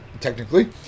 technically